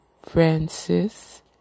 Francis